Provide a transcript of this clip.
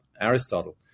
Aristotle